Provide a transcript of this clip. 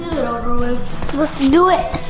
it over with. let's do it.